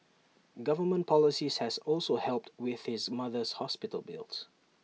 government policies has also helped with his mother's hospital bills